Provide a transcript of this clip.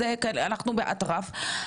אנחנו באטרף,